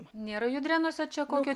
nėra judrėnuose čia kokio